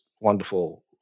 wonderful